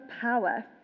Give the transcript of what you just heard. power